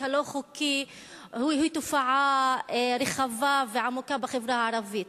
הלא-חוקי הוא תופעה רחבה ועמוקה בחברה הערבית,